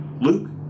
Luke